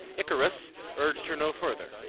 icarius urged her no further,